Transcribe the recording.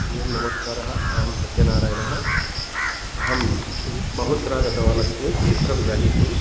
हरि ओं नमस्कारः अहं सत्यनारायणः अहं बहुत्र गतवानस्मि चित्रं गृहीतुं